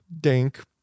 dank